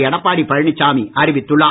எடப்பாடி பழனிசாமி அறிவித்துள்ளார்